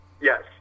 Yes